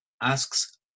asks